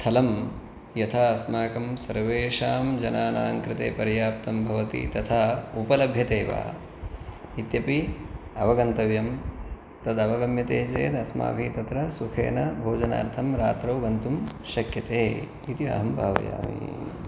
स्थलं यथा अस्माकं सर्वेषां जनानां कृते पर्याप्तं भवति तथा उपलभ्यते वा इत्यपि अवगन्तव्यं तदवगम्यते चेत् अस्माभिः तत्र सुखेन भोजनार्थं रात्रौ गन्तुं शक्यते इति अहं भावयामि